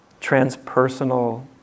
transpersonal